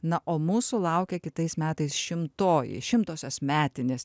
na o mūsų laukia kitais metais šimtoji šimtosios metinės